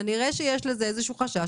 כנראה שיש לזה איזשהו חשש,